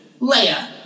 Leia